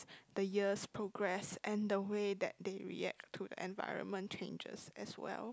the years progress and the way that they react to the environment changes as well